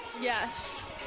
Yes